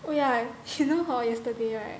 oh yeah ypu know hor yesterday right